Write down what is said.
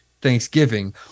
Thanksgiving